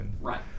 Right